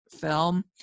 film